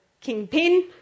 kingpin